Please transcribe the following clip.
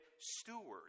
stewards